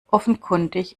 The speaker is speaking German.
offenkundig